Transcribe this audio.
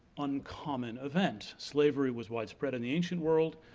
uncommon event. slavery was widespread in the ancient world,